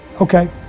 Okay